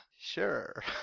sure